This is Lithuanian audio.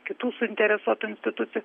kitų suinteresuotų institucijų